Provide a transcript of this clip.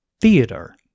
theater